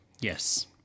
Yes